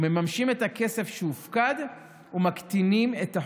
מממשים את הכסף שהופקד ומקטינים את החוב.